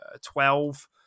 twelve